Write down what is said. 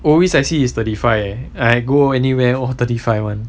always I see is thirty five eh I go anywhere all thirty five [one]